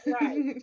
right